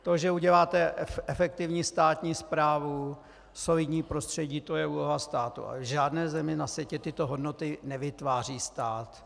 To, že uděláte efektivní státní správu, solidní prostředí, to je úloha státu, ale v žádné zemi na světě tyto hodnoty nevytváří stát.